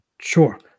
Sure